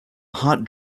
hot